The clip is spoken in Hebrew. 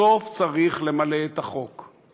בסוף צריך למלא אחר הוראות החוק.